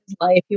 life